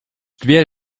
dwie